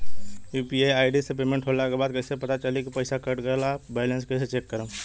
UPI ID से payment होला के बाद कइसे पता चली की पईसा कट गएल आ बैलेंस कइसे चेक करम?